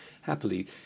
Happily